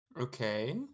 Okay